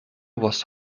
was